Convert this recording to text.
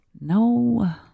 no